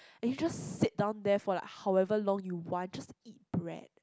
and you just sit down there for like however long you want just eat bread